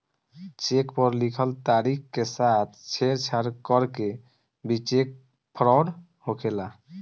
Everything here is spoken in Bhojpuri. चेक पर लिखल तारीख के साथ छेड़छाड़ करके भी चेक फ्रॉड होखेला